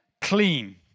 clean